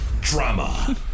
Drama